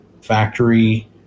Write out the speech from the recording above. factory